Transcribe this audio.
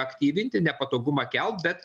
aktyvinti nepatogumą kelt bet